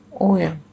oil